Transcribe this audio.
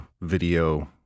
video